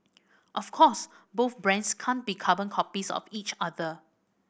of course both brands can't be carbon copies of each other